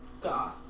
Goth